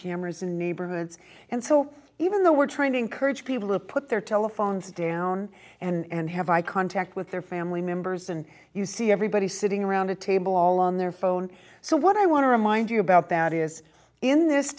cameras in neighborhoods and so even though we're trying to encourage people to put their telephones down and have eye contact with their family members and you see everybody sitting around a table all on their phone so what i want to remind you about that is in this